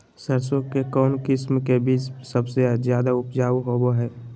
सरसों के कौन किस्म के बीच सबसे ज्यादा उपजाऊ होबो हय?